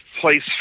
place